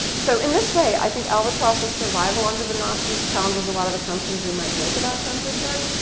so in this way i think albatross's survival under the nazis challenges a lot of assumptions we might make about censorship.